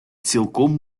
цілком